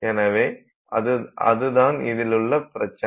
எனவே அதுதான் இதிலுள்ள பிரச்சினை